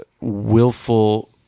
willful